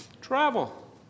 Travel